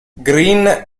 green